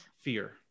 fear